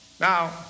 Now